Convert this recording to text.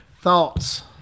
Thoughts